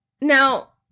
Now